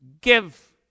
Give